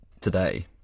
today